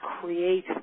create